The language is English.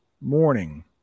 morning